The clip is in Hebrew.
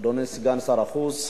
אדוני סגן שר החוץ,